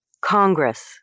Congress